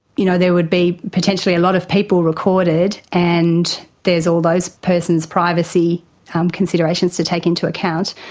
you know, there would be potentially a lot of people recorded, and there's all those persons' privacy um considerations to take into account,